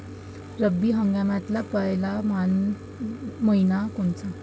रब्बी हंगामातला पयला मइना कोनता?